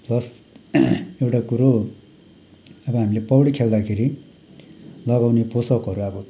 plus एउटा कुरो अब हामीले पौडी खेल्दाखेरि लगाउने पोसाकहरू अब